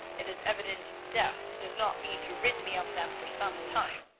it is evident death does not mean to rid me of them for some time.